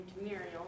Muriel